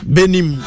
Benim